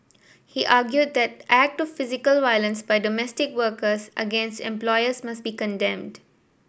he argued that act of physical violence by domestic workers against employers must be condemned